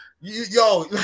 Yo